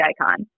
icon